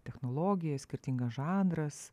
technologija skirtingas žanras